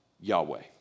Yahweh